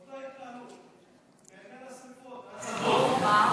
אותה התנהלות בעניין השרפות, ההצתות.